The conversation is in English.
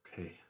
Okay